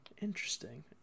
Interesting